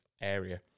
area